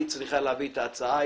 היא צריכה להביא את ההצעה.